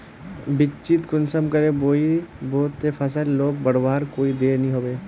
बिच्चिक कुंसम करे बोई बो ते फसल लोक बढ़वार कोई देर नी होबे?